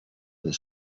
the